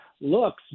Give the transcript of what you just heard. looks